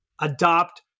adopt